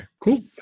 Cool